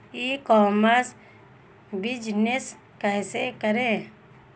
ई commerce business कैसे करें?